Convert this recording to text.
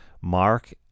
Mark